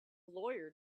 lawyer